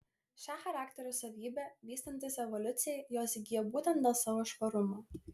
šią charakterio savybę vystantis evoliucijai jos įgijo būtent dėl savo švarumo